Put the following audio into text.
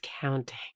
counting